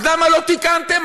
אז למה לא תיקנתם?